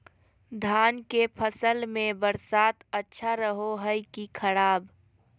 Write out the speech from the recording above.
धान के फसल में बरसात अच्छा रहो है कि खराब?